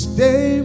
Stay